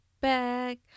back